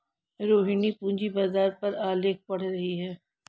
रोहिणी पूंजी बाजार पर आलेख पढ़ रही है